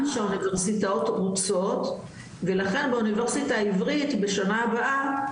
אוניברסיטאות המוצעות ולכן האוניברסיטה העברית בשנה הבאה,